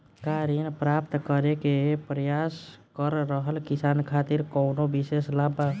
का ऋण प्राप्त करे के प्रयास कर रहल किसान खातिर कउनो विशेष लाभ बा?